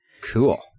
Cool